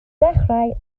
dechrau